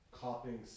copying